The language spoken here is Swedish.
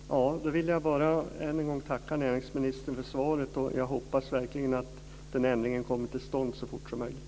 Fru talman! Då vill jag än en gång tacka näringsministern för svaret. Jag hoppas verkligen att en ändring kommer till stånd så fort som möjligt.